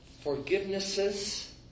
forgivenesses